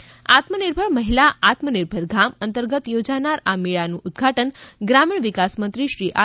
આત્મનિર્ભર મહિલા આત્મનિર્ભર ગામ અંતર્ગત યોજાનાર આ મેળાનું ઉદઘાટન ગ્રામીણ વિકાસ મંત્રી શ્રી આર